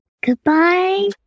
Goodbye